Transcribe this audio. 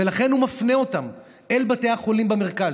ולכן הוא מפנה אותם אל בתי החולים במרכז.